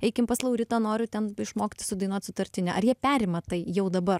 eikim pas lauritą noriu ten išmokti sudainuot sutartinę ar jie perima tai jau dabar